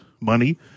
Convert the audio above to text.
money